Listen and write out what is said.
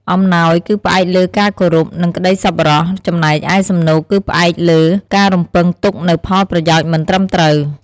អំណោយ គឺផ្អែកលើការគោរព និងក្ដីសប្បុរស ចំណែកឯសំណូកគឺផ្អែកលើការរំពឹងទុកនូវផលប្រយោជន៍មិនត្រឹមត្រូវ។